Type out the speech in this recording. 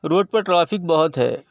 road پر traffic بہت ہے